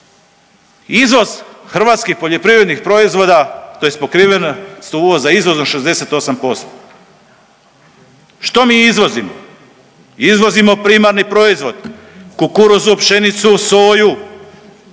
Izvoz hrvatskih poljoprivrednih proizvoda tj. pokrivenost uvoza izvozom 68%. Što mi izvozimo? Izvozimo primarni proizvod kukuruzu, pšenicu, soju.